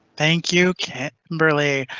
thank you kimberly.